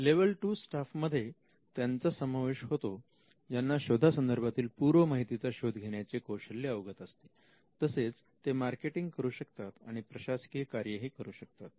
level 2 staff मध्ये त्यांचा समावेश होतो ज्यांना शोधा संदर्भातील पूर्व माहितीचा शोध घेण्याचे कौशल्य अवगत असते तसेच ते मार्केटिंग करू शकतात आणि प्रशासकीय कार्य ही करू शकतात